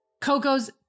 Coco's